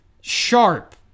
sharp